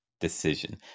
decision